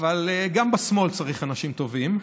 אבל גם בשמאל צריך אנשים טובים.